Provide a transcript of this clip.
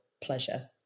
pleasure